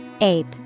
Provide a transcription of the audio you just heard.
Ape